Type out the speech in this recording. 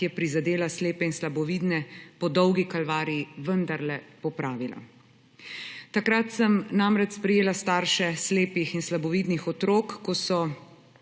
ki je prizadela slepe in slabovidne, po dolgi kalvariji vendarle popravila. Takrat sem namreč sprejela starše slepih in slabovidnih otrok, ko so